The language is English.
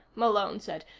malone said.